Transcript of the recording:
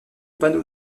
panneaux